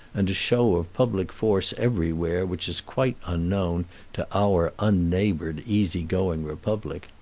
and a show of public force everywhere which is quite unknown to our unneighbored, easy-going republic.